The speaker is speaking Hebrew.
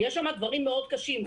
יש שם דברים מאוד קשים.